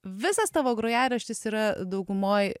visas tavo grojaraštis yra daugumoj